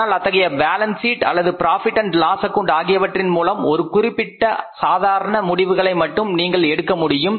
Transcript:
ஆனால் அத்தகைய balance sheet அல்லது profit and loss account Profit Loss account ஆகியவற்றின் மூலம் ஒரு குறிப்பிட்ட சாதாரணமான முடிவுகளை மட்டும் நீங்கள் எடுக்க முடியும்